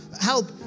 help